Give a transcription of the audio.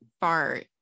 far